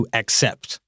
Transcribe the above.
accept